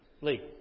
Lee